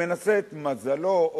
הוא מנסה את מזלו,